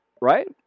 right